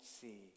see